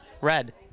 Red